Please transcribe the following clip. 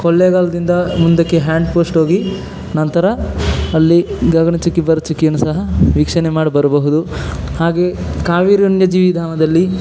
ಕೊಳ್ಳೆಗಾಲದಿಂದ ಮುಂದಕ್ಕೆ hand post ಹೋಗಿ ನಂತರ ಅಲ್ಲಿ ಗಗನಚುಕ್ಕಿ ಭರಚುಕ್ಕಿಯನ್ನು ಸಹ ವೀಕ್ಷಣೆ ಮಾಡಿ ಬರಬಹುದು ಹಾಗೇ ಕಾವೇರಿ ವನ್ಯಜೀವಿ ಧಾಮದಲ್ಲಿ